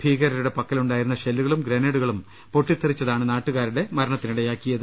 ഭീകരരുടെ പക്കലുണ്ടായിരുന്ന ഷെല്ലുകളും ഗ്രനേഡുകളും പൊട്ടിത്തെറിച്ചതാണ് നാട്ടുകാ രുടെ മരണത്തിനിടയാക്കിയത്